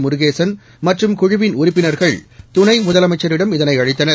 முருகேசன் மற்றும் குழுவின் உறுப்பினர்கள் துணை முதலமைச்சரிடம் இதனை அளித்தனர்